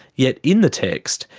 yet in the text,